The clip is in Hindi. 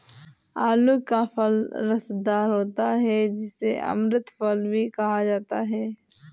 आलू का फल रसदार होता है जिसे अमृत फल भी कहा जाता है